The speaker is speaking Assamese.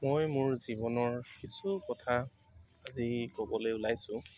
মই মোৰ জীৱনৰ কিছু কথা আজি ক'বলৈ ওলাইছো